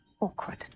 awkward